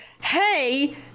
hey